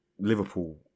Liverpool